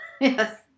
Yes